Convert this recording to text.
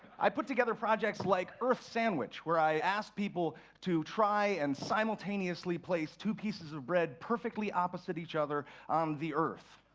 i put together projects like earth sandwich, where i ask people to try and simultaneously place two pieces of bread perfectly opposite each other on the earth.